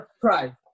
try